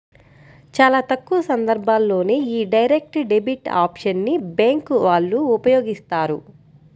చాలా తక్కువ సందర్భాల్లోనే యీ డైరెక్ట్ డెబిట్ ఆప్షన్ ని బ్యేంకు వాళ్ళు ఉపయోగిత్తారు